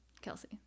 Kelsey